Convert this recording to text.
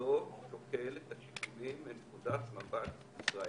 לא שוקל את השיקולים מנקודת מבט ישראלית,